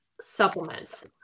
supplements